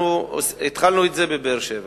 התחלנו את זה בבאר-שבע,